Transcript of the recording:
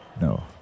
No